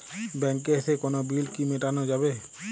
ব্যাংকে এসে কোনো বিল কি মেটানো যাবে?